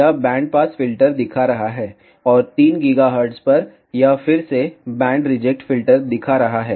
यह band pass filter दिखा रहा है और 3 GHz पर यह फिर से बैंड रिजेक्ट फ़िल्टर दिखा रहा है